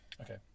Okay